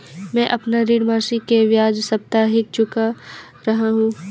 मैं अपना ऋण मासिक के बजाय साप्ताहिक चुका रहा हूँ